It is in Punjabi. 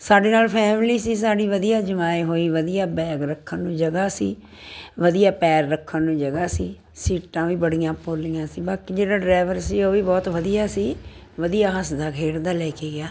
ਸਾਡੇ ਨਾਲ ਫੈਮਲੀ ਸੀ ਸਾਡੀ ਵਧੀਆ ਜਮਾਏ ਹੋਈ ਵਧੀਆ ਬੈਗ ਰੱਖਣ ਨੂੰ ਜਗ੍ਹਾ ਸੀ ਵਧੀਆ ਪੈਰ ਰੱਖਣ ਨੂੰ ਜਗ੍ਹਾ ਸੀ ਸੀਟਾਂ ਵੀ ਬੜੀਆਂ ਪੋਲੀਆਂ ਸੀ ਬਾਕੀ ਜਿਹੜਾ ਡਰਾਈਵਰ ਸੀ ਉਹ ਵੀ ਬਹੁਤ ਵਧੀਆ ਸੀ ਵਧੀਆ ਹੱਸਦਾ ਖੇਡਦਾ ਲੈ ਕੇ ਗਿਆ